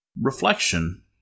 reflection